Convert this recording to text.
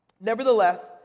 Nevertheless